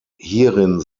hierin